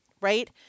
right